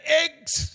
eggs